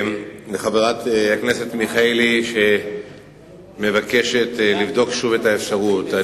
לחברת הכנסת מיכאלי שמבקשת לבדוק שוב את האפשרות,